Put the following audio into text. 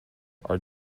are